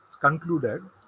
concluded